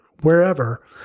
wherever